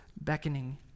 beckoning